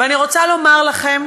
ואני רוצה לומר לכם